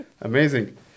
Amazing